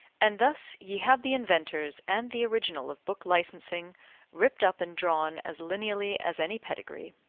and thus ye have the inventors and the original of book-licensing ripped up and drawn as lineally as any pedigree.